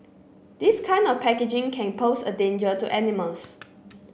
this kind of packaging can pose a danger to animals